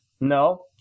no